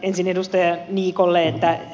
ensin edustaja niikolle